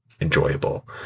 enjoyable